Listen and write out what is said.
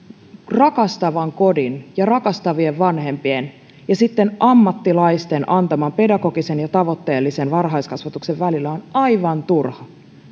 rakastavan kodin ja rakastavien vanhempien ja sitten ammattilaisten antaman pedagogisen ja tavoitteellisen varhaiskasvatuksen välillä on aivan turha ne